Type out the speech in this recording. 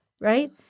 right